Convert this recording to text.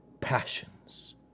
passions